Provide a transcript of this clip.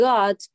God